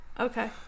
Okay